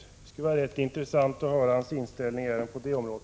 Det skulle vara intressant att höra hans inställning även på detta område.